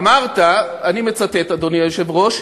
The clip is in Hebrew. אמרת, אני מצטט, אדוני היושב-ראש: